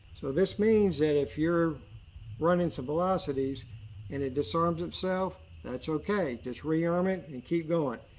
so this means that if you're running some velocities and it disarms itself. that's okay. just rearm it and keep going.